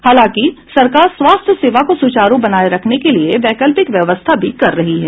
हालांकि सरकार स्वास्थ्य सेवा को सुचारू बनाये रखने के लिये वैकल्पिक व्यवस्था भी कर रही है